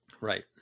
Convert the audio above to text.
Right